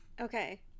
Okay